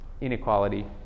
inequality